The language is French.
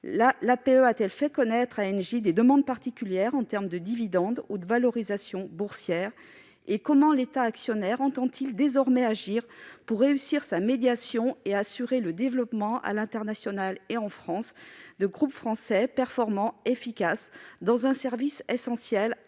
a-t-elle fait connaître à Engie des demandes particulières en termes de dividendes ou de valorisation boursière ? Comment l'État actionnaire entend-il agir désormais pour réussir sa médiation et assurer le développement, à l'international et en France, de groupes français performants, efficaces, offrant un service essentiel à